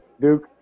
Duke